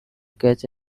catch